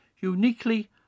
uniquely